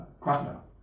crocodile